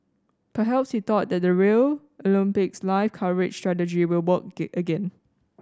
perhaps he thought that the Rio Olympics live coverage strategy will work gain again